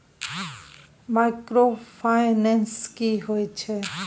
Microfinance की होय छै?